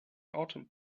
autumn